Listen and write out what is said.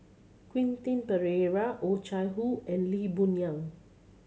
Quentin Pereira Oh Chai Hoo and Lee Boon Yang